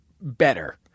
better